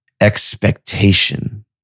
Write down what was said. expectation